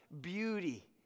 beauty